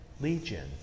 Legion